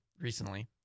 recently